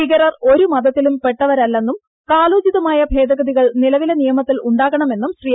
ഭീകരർ ഒരു മത്തിലും പെട്ടവരല്ലെന്നും കാലോചിതമായ ഭേദഗതികൾ നിലവിലെ നിയമത്തിൽ ഉണ്ടാകണമെന്നും ശ്രീ